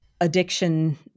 addiction